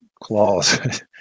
claws